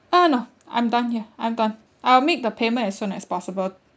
ah no I'm done here I'm done I'll make the payment as soon as possible